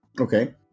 Okay